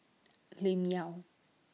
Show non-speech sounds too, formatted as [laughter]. [noise] Lim Yau